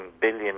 billion